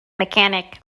mechanic